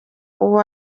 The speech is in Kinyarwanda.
uwo